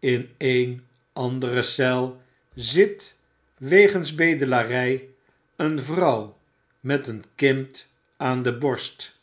in een andere eel zit wegens bedelary een vrouw met een kind aan deborst